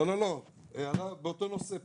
הערה באותו נושא.